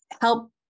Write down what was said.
help